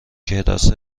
کراس